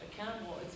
accountable